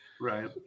Right